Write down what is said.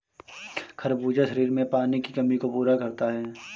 खरबूजा शरीर में पानी की कमी को पूरा करता है